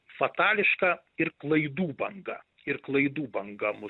fatališka ir klaidų banga ir klaidų banga mus